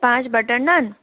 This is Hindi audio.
पाँच बटर नान